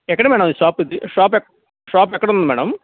ఎక్కడ మేడమ్ ఈ షాప్ ఇది షాప్ షాప్ ఎక్కడ ఉంది మేడమ్